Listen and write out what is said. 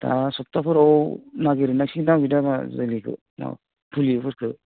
दा सबथाफोराव नागिरनांसिगोन फुलिफोरखौ